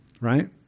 right